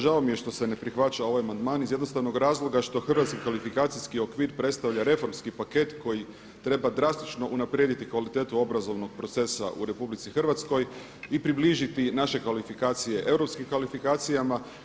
Žao mi je što se ne prihvaća ovaj amandman iz jednostavnog razloga što Hrvatski kvalifikacijski okvir predstavlja reformski paket koji treba drastično unaprijediti kvalitetu obrazovnog procesa u RH i približiti naše kvalifikacije europskim kvalifikacijama.